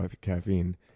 caffeine